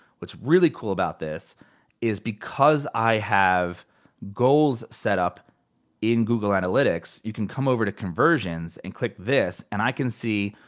what's really cool about this is because i have goals setup in google analytics, you can come over to conversions and click this, and i can see,